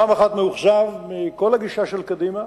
פעם אחת מאוכזב מכל הגישה של קדימה,